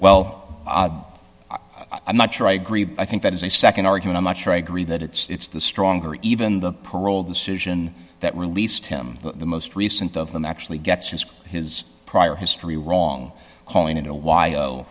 well i'm not sure i agree i think that as a nd argument i'm not sure i agree that it's the stronger even the parole decision that released him the most recent of them actually gets his his prior history wrong calling it a y